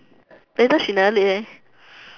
later she never late